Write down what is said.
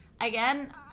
again